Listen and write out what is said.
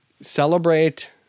celebrate